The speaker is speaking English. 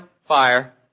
fire